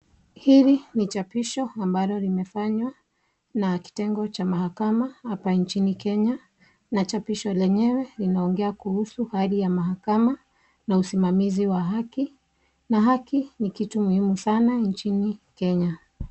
Hili ni chapishwo ambali limefanywa na kitengo cha mahakama hapa njini Kenya na chapisho lenyewe linaongea kuhusu hali ya mahakama na usimamizi wa haki na haki ni kitu muhimu sana njini Kenya.